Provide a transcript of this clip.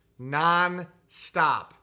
nonstop